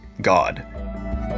god